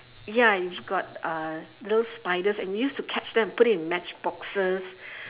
ya it's got uh those spiders and we use to catch them put in matchboxes